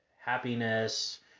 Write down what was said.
happiness